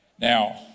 Now